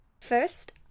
First